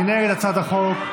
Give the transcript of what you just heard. מי נגד הצעת החוק?